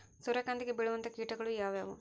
ಸೂರ್ಯಕಾಂತಿಗೆ ಬೇಳುವಂತಹ ಕೇಟಗಳು ಯಾವ್ಯಾವು?